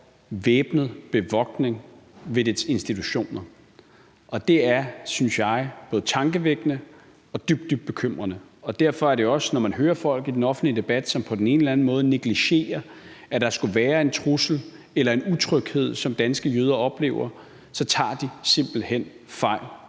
væbnet bevogtning ved dets institutioner, og det synes jeg er både tankevækkende og dybt, dybt bekymrende. Derfor må man jo også sige, når man hører folk i den offentlige debat, som på den eller anden måde negligerer, at der skulle være en trussel eller en utryghed, som danske jøder oplever, at de så simpelt hen tager